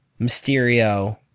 Mysterio